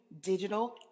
digital